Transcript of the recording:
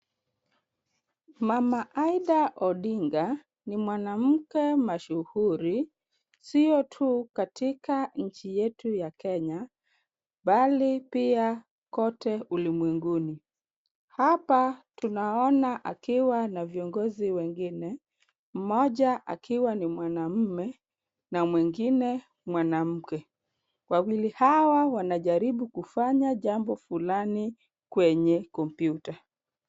Mama Idah Odinga ni mwanamke mashuhuri, sio tu katika nchi yetu ya Kenya, bali pia kote ulimwenguni. Hapa tunaona akiwa na viongozi wengine, mmoja akiwa ni mwanamume na mwingine mwanamke. Wawili hawa wanajaribu kufanya jambo fulani kwenye kompyuta.